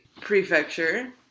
prefecture